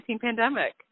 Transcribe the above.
pandemic